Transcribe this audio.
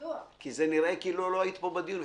כי זה נראה כאילו לא היית פה בדיון,